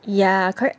ya correct